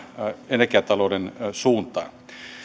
energiatalouden suuntaan